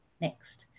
Next